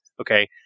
Okay